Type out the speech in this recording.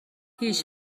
هیچ